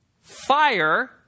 fire